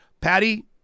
Patty